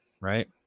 right